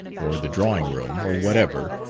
or the drawing-room, or wherever,